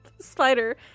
spider